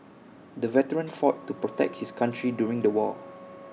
the veteran fought to protect his country during the war